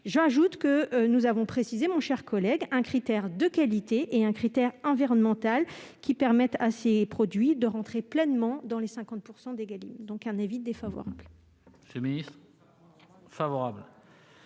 J'ajoute que nous avons précisé, mon cher collègue, un critère de qualité et un critère environnemental, qui permettent à ces produits d'entrer pleinement dans les 50 % d'Égalim. L'avis est défavorable. Quel est l'avis